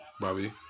Bobby